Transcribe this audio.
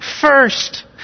first